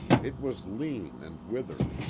it was lean and withered.